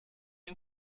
and